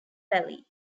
valley